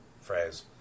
phrase